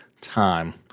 time